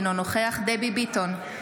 אינו נוכח דבי ביטון,